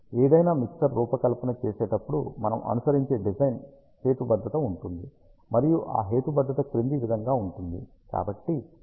ఏదైనా మిక్సర్ రూపకల్పన చేసేటప్పుడు మనం అనుసరించే డిజైన్ హేతుబద్ధత ఉంటుంది మరియు ఆ హేతుబద్ధత క్రింది విధంగా ఉంటుంది